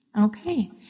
Okay